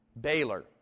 Baylor